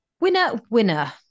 Winner-winner